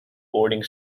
boarding